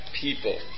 people